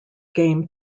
game